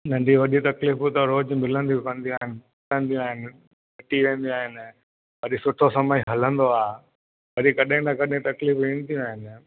नंढियूं वॾियूं तकलीफ़ूं त रोज़ु मिलंदियूं समुझ आहिनि समुझ आहिनि वरी सुठो समय हलंदो आहे वरी कॾहिं न कॾहिं तकलीफ़ूं ईंदियूं आहिनि